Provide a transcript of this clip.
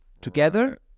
together